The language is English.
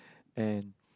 and